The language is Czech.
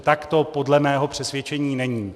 Tak to podle mého přesvědčení není.